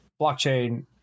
blockchain